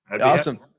awesome